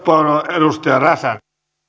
arvoisa herra puhemies